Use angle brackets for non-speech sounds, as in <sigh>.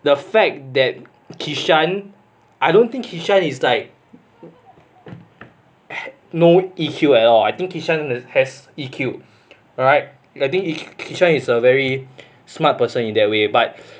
the fact that kishan I don't think kishan is like <breath> no E_Q at all I think kishan has E_Q alright I think kishan is a very smart person in that way but